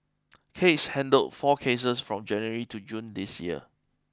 case handled four cases from January to June this year